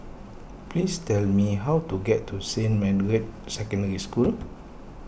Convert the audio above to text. please tell me how to get to Saint Margaret's Secondary School